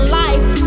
life